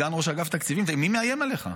סגן ראש אגף תקציבים: מי מאיים עליך?